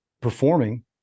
performing